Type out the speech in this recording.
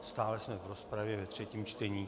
Stále jsme v rozpravě ve třetím čtení.